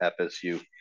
FSU